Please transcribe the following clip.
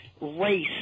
race